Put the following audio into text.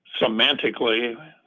semantically